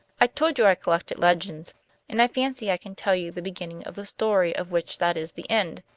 i told you i collected legends and i fancy i can tell you the beginning of the story of which that is the end,